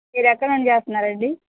మీరెక్కడ నుండి చేస్తున్నారండి